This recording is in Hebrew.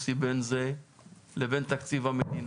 בין זה לבין תקציב המדינה?